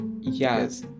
yes